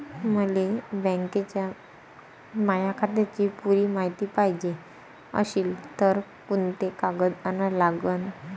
मले बँकेच्या माया खात्याची पुरी मायती पायजे अशील तर कुंते कागद अन लागन?